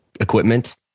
equipment